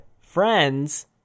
Friends